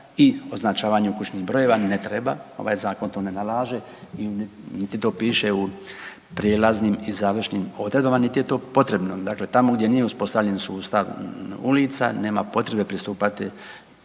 i označavanju kućnih brojeva, ne treba, ovaj zakon to ne nalaže, niti to piše u prijelaznim i završnim odredbama, niti je to potrebno. Dakle, tamo gdje nije uspostavljen sustav ulica nema potrebe pristupati